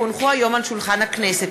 כי הונחו היום על שולחן הכנסת,